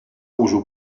użył